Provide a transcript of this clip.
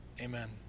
Amen